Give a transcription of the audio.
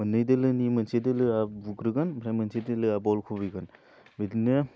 मोननै दोलोनि मोनसे दोलोआ बुग्रोगोन ओमफ्राय मोनसे दोलोआ बल खुबैगोन बिदिनो